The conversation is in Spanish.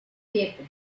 siete